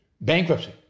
bankruptcy